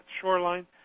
shoreline